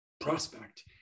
prospect